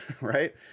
Right